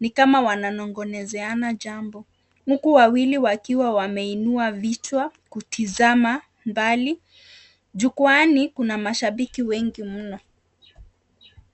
ni kama wananongonezeana jambo, huku wawili wakiwa wameinua vichwa kutizama mbali. Jukuana kuna mashabiki wengi mno